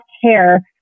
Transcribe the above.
care